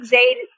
Zayd